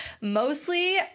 mostly